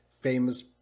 famous